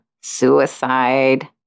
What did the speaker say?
suicide